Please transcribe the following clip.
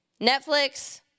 Netflix